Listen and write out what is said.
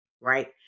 right